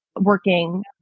working